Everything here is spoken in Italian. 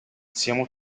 siamo